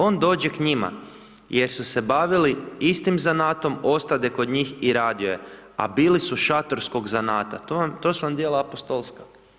On dođe k njima jer su se bavili istim zanatom, ostade kod njih i radio je, a bili su šatorskog zanata.“ To su vam djela apostolska.